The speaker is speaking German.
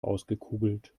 ausgekugelt